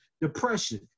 Depression